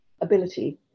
ability